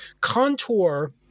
contour